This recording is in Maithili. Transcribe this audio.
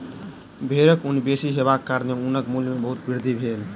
भेड़क ऊन बेसी हेबाक कारणेँ ऊनक मूल्य में बहुत वृद्धि भेल